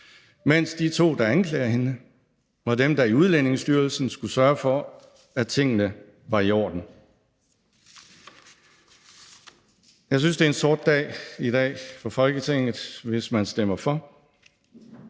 mens de to, der anklager hende, var dem, der i Udlændingestyrelsen skulle sørge for, at tingene var i orden. Jeg synes, det er en sort dag i dag for Folketinget, hvis man stemmer for.